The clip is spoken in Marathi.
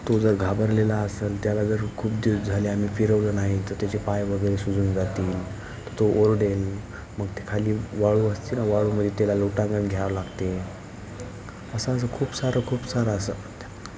तो जर घाबरलेला असेल त्याला जर खूप दिवस झाले आम्ही फिरवलं नाही तर त्याचे पायवगैरे सुजून जातील तर तो ओरडेल मग ते खाली वाळू असते ना वाळूमध्ये त्याला लोटांगण घ्यावं लागते असं असं खूप सारं खूप सारं असं आता